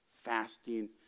fasting